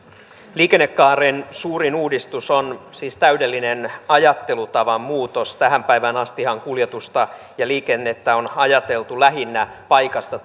liikennekaaren suurin uudistus on siis täydellinen ajattelutavan muutos tähän päivään astihan kuljetusta ja liikennettä on ajateltu lähinnä paikasta